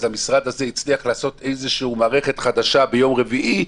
אז המשרד הזה הצליח לעשות מערכת חדשה ביום רביעי,